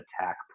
attack